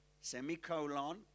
Semicolon